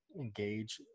engage